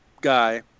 guy